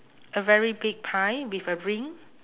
a very big pie with a ring